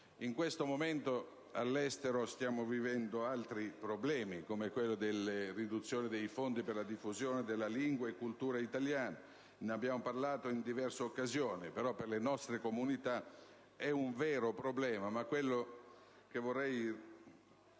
In questo momento all'estero stiamo vivendo altri problemi, come quello della riduzione dei fondi per la diffusione della lingua e della cultura italiane. Abbiamo parlato in diverse occasioni di questo che per le nostre comunità rappresenta un vero problema. Il concetto che però